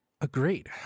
Agreed